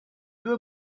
due